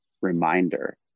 reminder